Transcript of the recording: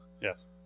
Yes